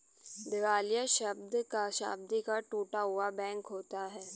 दिवालिया शब्द का शाब्दिक अर्थ टूटा हुआ बैंक होता है